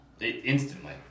instantly